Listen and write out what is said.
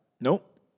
Nope